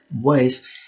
ways